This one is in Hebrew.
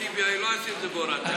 טיבי" לא היו עושים את זה בהוראת שעה.